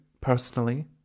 personally